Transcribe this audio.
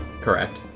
Correct